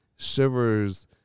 Shivers